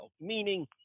meaning